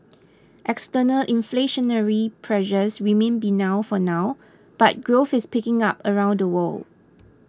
external inflationary pressures remain benign for now but growth is picking up around the world